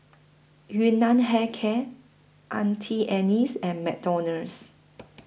Yun Nam Hair Care Auntie Anne's and McDonald's